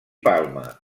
palma